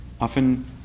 often